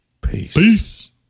Peace